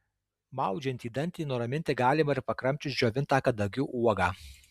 maudžiantį dantį nuraminti galima ir pakramčius džiovintą kadagių uogą